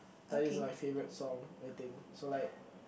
that is my favourite song I think so like